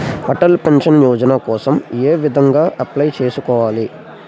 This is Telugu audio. అటల్ పెన్షన్ యోజన కోసం ఏ విధంగా అప్లయ్ చేసుకోవాలి?